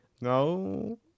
No